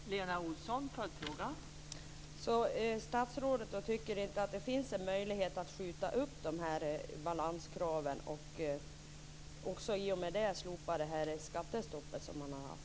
Fru talman! Så statsrådet tycker inte att det finns en möjlighet att skjuta upp de här balanskraven och i och med det också slopa det skattestopp som man har haft?